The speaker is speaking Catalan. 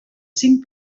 cinc